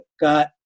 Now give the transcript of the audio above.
got